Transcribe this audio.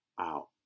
out